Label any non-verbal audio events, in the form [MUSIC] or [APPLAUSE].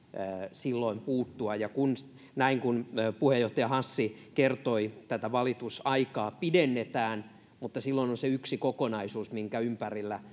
silloin paremmat mahdollisuudet puuttua ja niin kuin puheenjohtaja hassi kertoi tätä valitusaikaa pidennetään mutta silloin on se yksi kokonaisuus minkä ympärillä [UNINTELLIGIBLE]